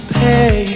pay